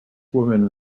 woman